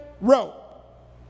rope